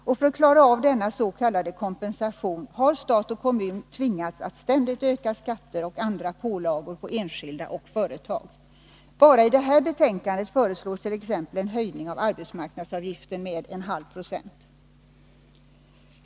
Men för att klara av denna s.k. kompensation har man tvingats att ständigt höja skatter och andra pålagor för enskilda och företag. Bara i detta betänkande föreslås t.ex. en höjning av arbetsmarknadsavgiften med 0,5 20.